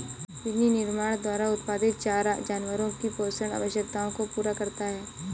विनिर्माण द्वारा उत्पादित चारा जानवरों की पोषण आवश्यकताओं को पूरा करता है